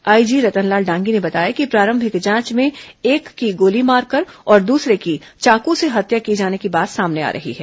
IG Ratanlal Dangi ने बताया कि प्रारंभिक जांच में एक की गोली मारकर और दसरे की चाक से हत्या किए जाने की बात सामने आ रही है